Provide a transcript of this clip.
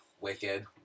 Wicked